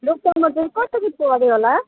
रुख टमाटर कसरी पऱ्यो होला